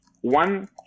one